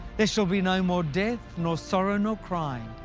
there shall be no more death nor sorrow nor crying.